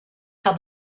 how